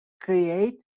create